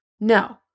No